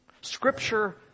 Scripture